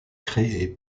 créées